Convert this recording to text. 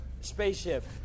spaceship